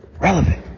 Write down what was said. relevant